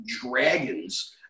dragons